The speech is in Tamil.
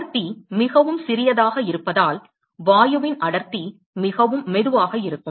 அடர்த்தி மிகவும் சிறியதாக இருப்பதால் வாயுவின் அடர்த்தி மிகவும் மெதுவாக இருக்கும்